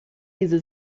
diese